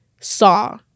Saw